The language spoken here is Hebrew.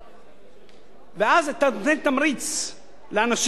ואז אתה נותן תמריץ לאנשים שמחזיקים דירות רפאים